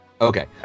Okay